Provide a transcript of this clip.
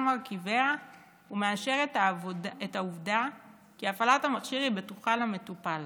מרכיביה ומאשר את העובדה כי הפעלת המכשיר היא בטוחה למטופל.